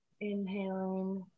inhaling